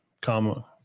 comma